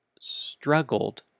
struggled